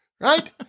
right